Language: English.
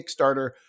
Kickstarter